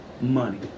money